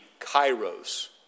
Kairos